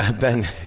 Ben